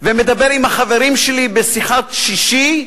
ומדבר עם החברים שלי בשיחת שישי,